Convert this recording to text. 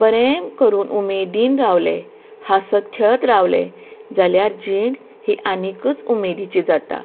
बरें करून उमेदीन रावलें हांसत खेळत रावलें जाल्यार जीण ही आनिकूच उमेदीची जाता